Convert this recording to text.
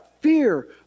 fear